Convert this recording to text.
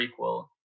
prequel